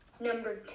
number